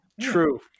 True